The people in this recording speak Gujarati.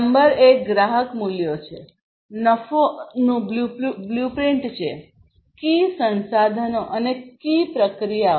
નંબર એક ગ્રાહક મૂલ્યો છે નફોનું બ્લુપ્રિન્ટકી સંસાધનો અને કી પ્રક્રિયાઓ